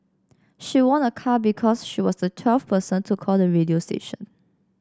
she won a car because she was the twelfth person to call the radio station